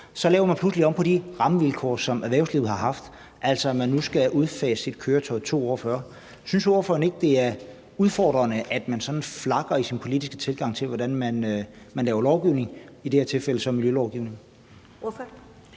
– laver man pludselig om på de rammevilkår, som erhvervslivet har haft, altså at man nu skal udfase sit køretøj 2 år før. Synes ordføreren ikke, det er udfordrende, at man sådan flakker i sin politiske tilgang til, hvordan man laver lovgivning, i det her tilfælde miljølovgivning?